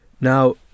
Now